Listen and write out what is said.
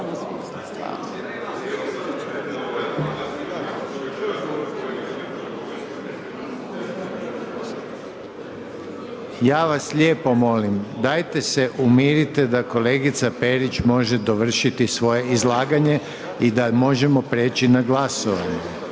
Ja vas lijepo molim, dajte se umirite da kolegica Perić može dovršiti svoje izlaganje i da možemo prijeći na glasovanje.